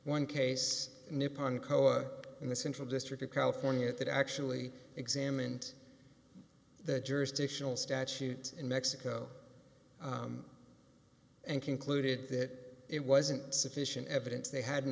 coa in the central district of california that actually examined the jurisdictional statute in mexico and concluded that it wasn't sufficient evidence they hadn't